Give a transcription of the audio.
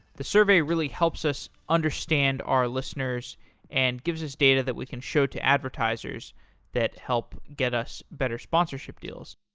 the survey really helps us understand our listeners and give us data that we can show to advertisers that help get us better sponsorship deals.